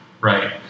Right